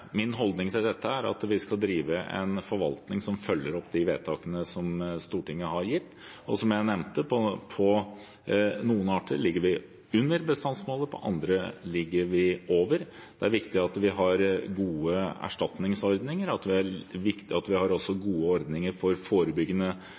Min holdning til dette er at vi skal drive en forvaltning som følger opp de vedtakene som Stortinget har gjort, og som jeg nevnte: På noen arter ligger vi under bestandsmålet; på andre ligger vi over. Det er viktig at vi har gode erstatningsordninger, og det er viktig at vi også har gode ordninger for forebyggende tiltak. Det vi nå har